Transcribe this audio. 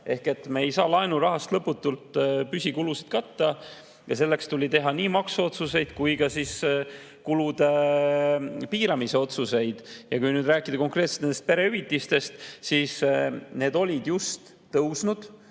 täita. Me ei saa laenurahast lõputult püsikulusid katta ja selleks tuli teha nii maksuotsuseid kui ka kulude piiramise otsuseid. Kui nüüd rääkida konkreetselt perehüvitistest, siis need olid just tõusnud